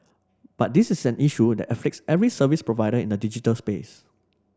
but this is an issue that afflicts every service provider in the digital space